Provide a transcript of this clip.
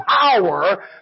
power